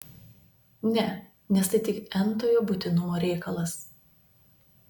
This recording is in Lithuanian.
ne nes tai tik n tojo būtinumo reikalas